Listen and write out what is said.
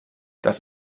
das